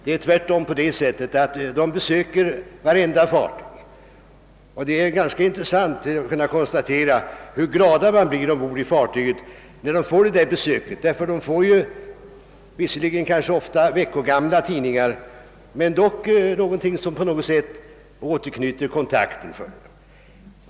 Det är tvärtom på det sättet, att prästerna besöker vartenda fartyg, och det är ganska intressant att kunna konstatera hur glada sjömännen blir när de får dessa besök. De får kanske veckogamla tidningar, men dock någonting som återknyter kontakten.